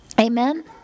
Amen